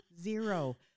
Zero